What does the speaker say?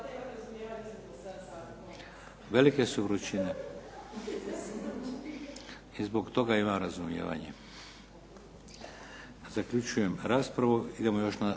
velike su vrućine. I zbog toga imam razumijevanje. Zaključujem raspravu. **Bebić, Luka